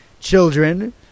children